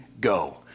go